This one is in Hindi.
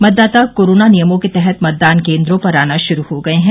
मतदाता कोरोना नियमों के तहत मतदान केन्द्रों पर आना शुरू हो गये हैं